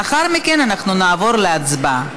לאחר מכן אנחנו נעבור להצבעה.